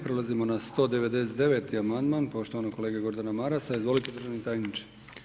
Prelazimo na 199. amandman poštovanog kolege Gordana Marasa, izvolite državni tajniče.